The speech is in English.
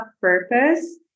purpose